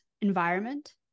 environment